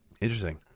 Interesting